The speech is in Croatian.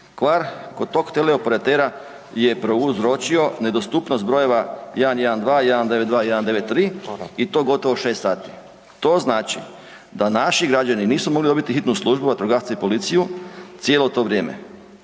Kvar kod tog teleoperatera je prouzročio nedostupnost brojeva 112, 192, 193 i to gotovo 6 h. To znači da naši građani nisu mogli dobiti hitnu službu, vatrogasce i policiju cijelo to vrijeme.